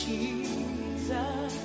Jesus